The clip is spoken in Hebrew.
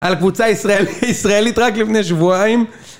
על קבוצה ישראלית רק לפני שבועיים